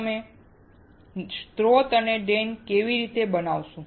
તમે સ્રોત અને ડ્રેઇન કેવી રીતે બનાવશો